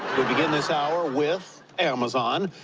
we begin this hour with amazon.